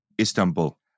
Istanbul